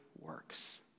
works